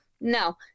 No